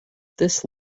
this